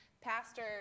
Pastor